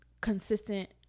consistent